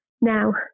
Now